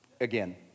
again